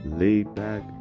laid-back